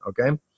okay